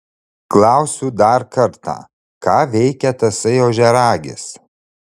klausiu dar kartą ką veikia tasai ožiaragis